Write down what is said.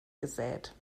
gesät